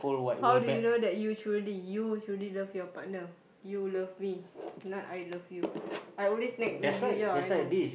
how did you know that you truly you truly love your partner you love me not I love you I always nag with you ya I know